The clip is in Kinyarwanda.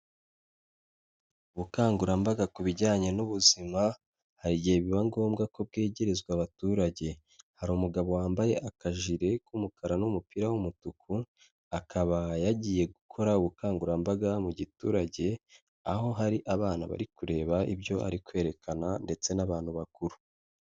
Ubukangurambaga ku bijyanye n'ubuzima, hari igihe biba ngombwa ko bwegerezwa abaturage, hari umugabo wambaye akajire k'umukara n'umupira w'umutuku, akaba yagiye gukora ubukangurambaga mu giturage, aho hari abana bari kureba ibyo ari kwerekana ndetse n'abantu bakuru.